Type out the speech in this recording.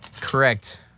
correct